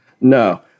No